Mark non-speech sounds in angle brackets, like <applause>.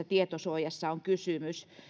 <unintelligible> tietosuojassa on kysymys